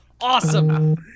Awesome